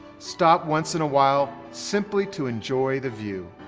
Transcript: stop once in a while simply to enjoy the view.